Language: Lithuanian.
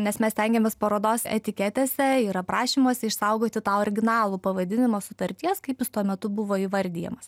nes mes stengėmės parodos etiketėse ir aprašymuose išsaugoti tą originalų pavadinimą sutarties kaip jis tuo metu buvo įvardijamas